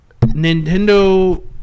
Nintendo